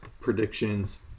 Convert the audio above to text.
Predictions